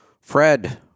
Fred